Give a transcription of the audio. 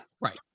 Right